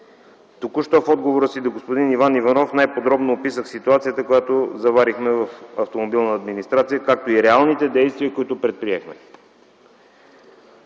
Току-що в отговора си до господин Иван Иванов най-подробно описах ситуацията, която заварихме в „Автомобилна администрация”, както и реалните действия, които предприехме.